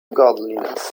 godliness